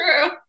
true